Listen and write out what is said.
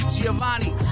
Giovanni